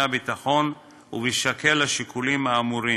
הביטחון ובהישקל השיקולים האמורים.